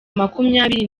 makumyabiri